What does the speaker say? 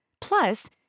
Plus